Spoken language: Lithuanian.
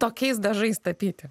tokiais dažais tapyti